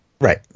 Right